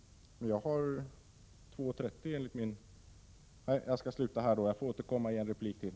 Jag ber att få återkomma i en replik till.